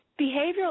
Behavioral